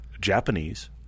Japanese-